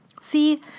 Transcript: See